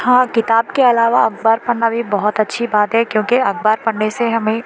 ہاں کتاب کے علاوہ اخبار پڑھنا بھی بہت اچھی بات ہے کیونکہ اخبار پڑھنے سے ہمیں